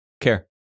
care